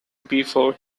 before